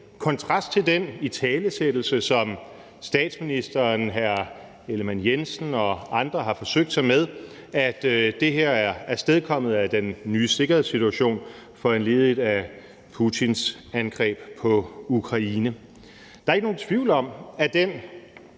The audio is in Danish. kontrast til den italesættelse, som statsministeren, hr. Jakob Ellemann-Jensen og andre har forsøgt sig med, nemlig at det her er afstedkommet af den nye sikkerhedssituation foranlediget af Putins angreb på Ukraine. Der er ikke nogen tvivl om, at den